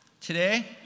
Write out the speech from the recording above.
Today